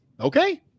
okay